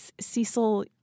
Cecil